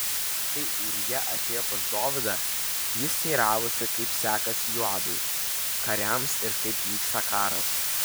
kai ūrija atėjo pas dovydą jis teiravosi kaip sekasi joabui kariams ir kaip vyksta karas